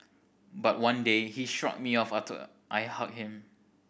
but one day he shrugged me off after I hugged him